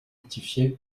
rectifié